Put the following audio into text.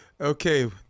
Okay